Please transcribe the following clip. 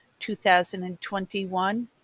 2021